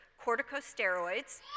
corticosteroids